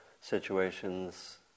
situations